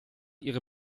ihre